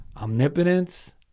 omnipotence